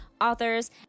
authors